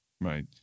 Right